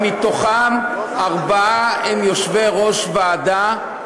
מתוכם ארבעה הם יושבי-ראש ועדות,